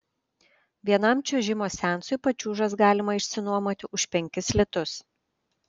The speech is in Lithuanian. vienam čiuožimo seansui pačiūžas galima išsinuomoti už penkis litus